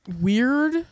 weird